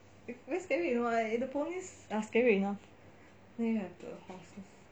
very scary you know like the ponies are scary enough then you have the horses